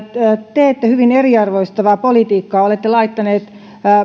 teette hyvin eriarvoistavaa politiikkaa olette